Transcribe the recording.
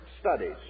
studies